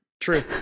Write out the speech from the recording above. True